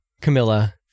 Camilla